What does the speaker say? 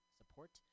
support